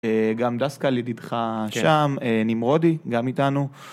גם דסקל ידידך שם, נמרודי גם איתנו.